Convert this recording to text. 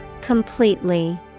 Completely